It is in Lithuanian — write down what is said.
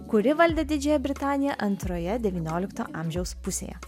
kuri valdė didžiąją britaniją antroje devyniolikto amžiaus pusėje